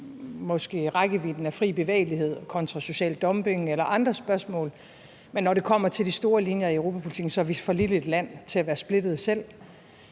måske rækkevidden af fri bevægelighed kontra social dumping eller andre spørgsmål, men når det kommer til de store linjer i europapolitikken, er vi for lille et land til at være splittet selv,